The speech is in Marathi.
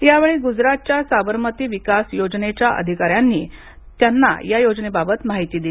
यावेळी गुजरातच्या साबरमती विकास योजनेच्या अधिकाऱ्यांनी त्यांना या योजनेबाबत माहिती दिली